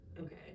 okay